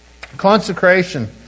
Consecration